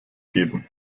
geben